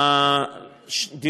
למעשה,